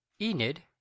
Enid